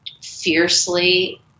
fiercely